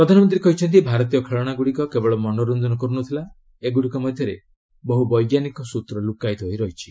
ପ୍ରଧାନମନ୍ତ୍ରୀ କହିଛନ୍ତି ଭାରତୀୟ ଖେଳାଣାଗୁଡ଼ିକ କେବଳ ମନୋରଞ୍ଜନ କର୍ନଥିଲା ଏଗୁଡ଼ିକ ମଧ୍ୟରେ ବହୁ ବୈଜ୍ଞାନିକ ସୂତ୍ର ଲୁକ୍କାୟିତ ହୋଇ ରହିଛି